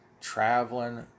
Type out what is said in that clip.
traveling